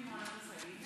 חבר הכנסת מיכאל מלכיאלי,